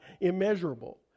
immeasurable